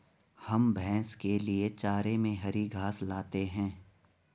हम भैंस के लिए चारे में हरी घास लाते हैं